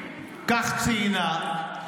כך ציינה,